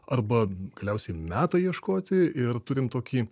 arba galiausiai meta ieškoti ir turim tokį